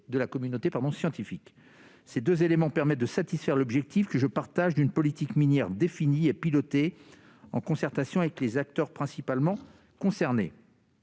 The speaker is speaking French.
de la communauté scientifique. Ces deux ajouts permettent de satisfaire l'objectif, que je partage, d'une politique minière définie et pilotée en concertation avec les acteurs principalement concernés.